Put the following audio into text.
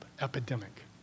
epidemic